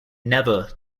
never